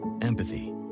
Empathy